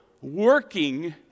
working